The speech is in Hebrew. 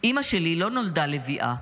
"אימא שלי לא נולדה לביאה,